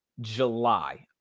July